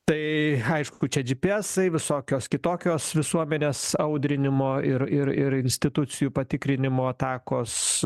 tai aišku čia dži pi esai visokios kitokios visuomenės audrinimo ir ir ir institucijų patikrinimų atakos